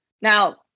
Now